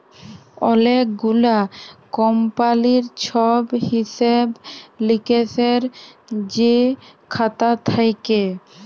অলেক গুলা কমপালির ছব হিসেব লিকেসের যে খাতা থ্যাকে